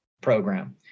program